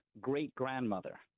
great-grandmother